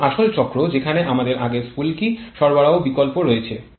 এখন আসল চক্র যেখানে আমাদের আগে স্ফুলকি সরবরাহের বিকল্প রয়েছে